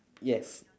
yes